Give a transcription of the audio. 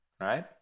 right